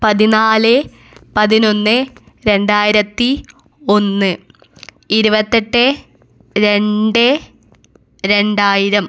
പതിനാല് പതിനൊന്ന് രണ്ടായിരത്തി ഒന്ന് ഇരുപത്തെട്ട് രണ്ട് രണ്ടായിരം